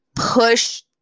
push